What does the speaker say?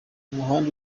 umuhanda